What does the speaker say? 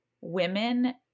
women